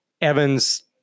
Evans